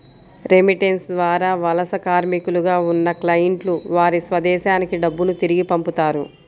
remittance ద్వారా వలస కార్మికులుగా ఉన్న క్లయింట్లు వారి స్వదేశానికి డబ్బును తిరిగి పంపుతారు